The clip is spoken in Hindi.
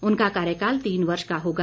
उनका कार्यकाल तीन वर्ष का होगा